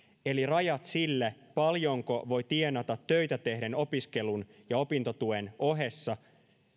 eli rajat sille paljonko voi tienata töitä tehden opiskelun ja opintotuen ohessa